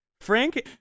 Frank